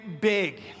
big